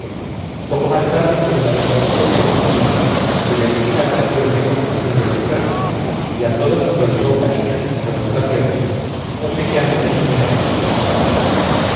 poco más tarde fueron a verle siseta y sus hermanos con cuya visita pareció muy complacido el enfermo y a todos prodigó cariños y congratulaciones obsequiándoles con una excelente comida